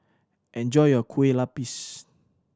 enjoy your Kueh Lupis